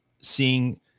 seeing